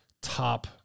top